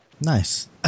Nice